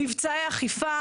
מבצעי אכיפה,